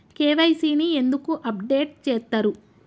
KYC ని ఎందుకు update చేత్తరు?